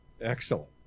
Excellent